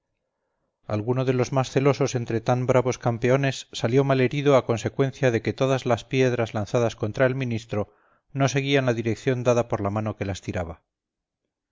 alguno de los más celosos entre tan bravos campeones salió malherido a consecuencia de que todas las piedras lanzadas contra el ministro no seguían la dirección dada por la mano que las tiraba